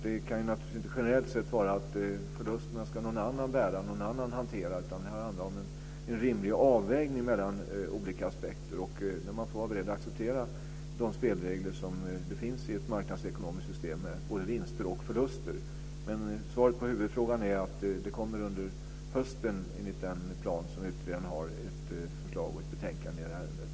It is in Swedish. Det kan inte generellt sett vara så att förlusterna ska någon annan bära, utan det handlar om en rimlig avvägning mellan olika aspekter. Då får man vara beredd att acceptera de spelregler som det finns i ett marknadsekonomiskt system med både vinster och förluster. Svaret på huvudfrågan är att det kommer under hösten enligt den plan som utredaren har ett förslag i ett betänkande i ärendet.